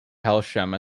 hailsham